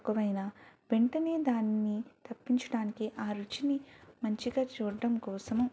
తక్కువైనా వెంటనే దానిని తప్పించడానికి ఆ రుచిని మంచిగా చూడడం కోసము